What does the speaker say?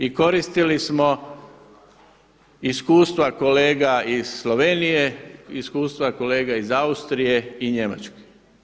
I koristili smo iskustva kolega iz Slovenije, iskustva kolega iz Austrije i Njemačke.